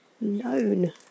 known